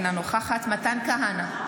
אינה נוכחת מתן כהנא,